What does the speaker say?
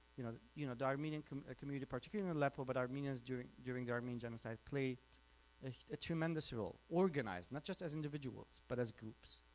you know you know the armenian ah community particularly in aleppo but armenians during during the armenian genocide played a tremendous role, organized not just as individuals, but as groups.